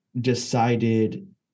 decided